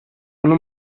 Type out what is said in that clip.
una